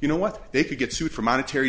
you know what they could get sued for monetary